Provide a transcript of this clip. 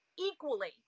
equally